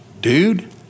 dude